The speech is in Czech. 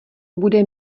bude